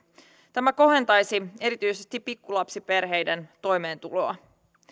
tämä kohentaisi erityisesti pikkulapsiperheiden toimeentuloa